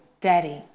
Daddy